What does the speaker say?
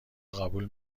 قبول